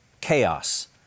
Chaos